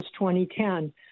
2010